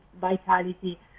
vitality